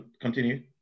continue